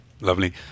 Lovely